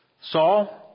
Saul